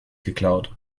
geklaut